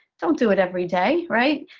don't do it every day, right?